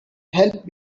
help